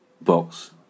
box